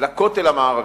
לכותל המערבי.